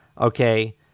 okay